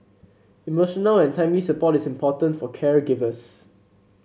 emotional and timely support is important for caregivers